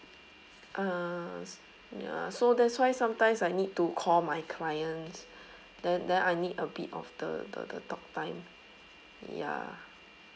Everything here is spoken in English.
uh s~ ya so that's why sometimes I need to call my clients then then I need a bit of the the the talk time ya